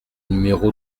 numéro